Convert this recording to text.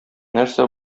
нәрсә